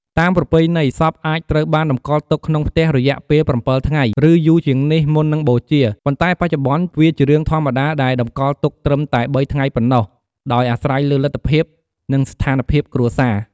តាមប្រពៃណី សពអាចត្រូវបានតម្កល់ទុកក្នុងផ្ទះរយៈពេល ៧ថ្ងៃ ឬយូរជាងនេះ មុននឹងបូជា ប៉ុន្តែបច្ចុប្បន្ន វាជារឿងធម្មតាដែលតម្កល់ទុកត្រឹមតែ ៣ថ្ងៃប៉ុណ្ណោះ ដោយអាស្រ័យលើលទ្ធភាព និងស្ថានភាពគ្រួសារ។